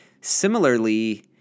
Similarly